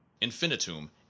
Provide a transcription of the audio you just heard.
Infinitum